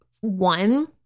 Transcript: one